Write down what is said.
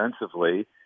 defensively